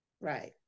right